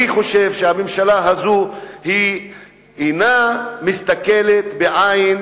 אני חושב שהממשלה הזאת אינה מסתכלת בעין